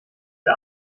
der